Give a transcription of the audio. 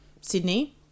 Sydney